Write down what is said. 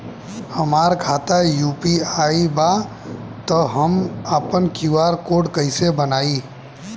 हमार खाता यू.पी.आई बा त हम आपन क्यू.आर कोड कैसे बनाई?